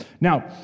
Now